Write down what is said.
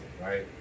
right